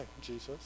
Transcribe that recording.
jesus